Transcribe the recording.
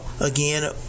again